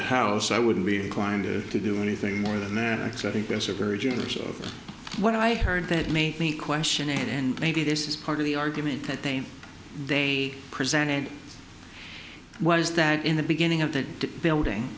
the house so i wouldn't be inclined to do anything more than that i think that's a very generous of what i heard that made me question and maybe this is part of the argument that they they presented was that in the beginning of the building